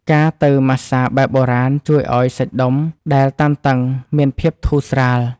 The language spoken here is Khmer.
ការទៅម៉ាស្សាបែបបុរាណ ជួយឱ្យសាច់ដុំដែលតានតឹងមានភាពធូរស្រាល។